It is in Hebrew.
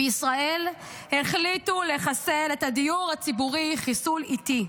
בישראל החליטו לחסל את הדיור הציבורי חיסול איטי,